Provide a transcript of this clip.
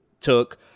took